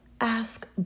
ask